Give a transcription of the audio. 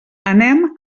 anem